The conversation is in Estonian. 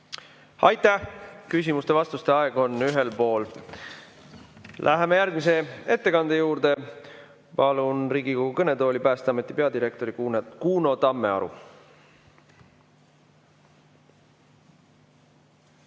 Aitäh! Küsimuste ja vastuste aeg on ühel pool. Läheme järgmise ettekande juurde. Palun Riigikogu kõnetooli Päästeameti peadirektori Kuno Tammearu.